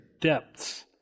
depths